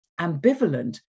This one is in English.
ambivalent